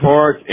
Park